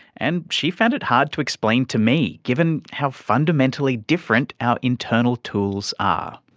and she found it hard to explain to me, given how fundamentally different our internal tools are.